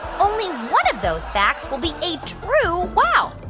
only one of those facts will be a true wow.